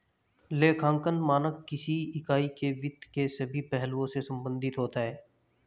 लेखांकन मानक किसी इकाई के वित्त के सभी पहलुओं से संबंधित होता है